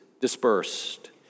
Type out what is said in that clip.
dispersed